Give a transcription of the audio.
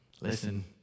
listen